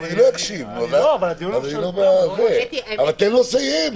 תן לו לסיים.